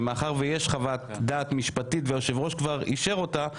ומאחר ויש חוות דעת משפטית והיושב-ראש כבר אישר אותה,